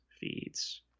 feeds